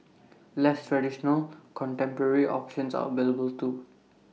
less traditional contemporary options are available too